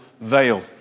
veil